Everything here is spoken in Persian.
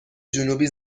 جنوبی